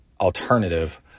alternative